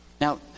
Now